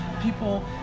people